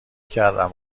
کردم